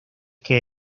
que